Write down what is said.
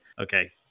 Okay